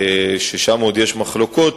ששם עוד יש מחלוקות,